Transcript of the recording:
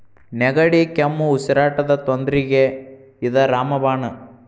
ನೆಗಡಿ, ಕೆಮ್ಮು, ಉಸಿರಾಟದ ತೊಂದ್ರಿಗೆ ಇದ ರಾಮ ಬಾಣ